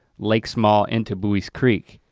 lake small into buies creek.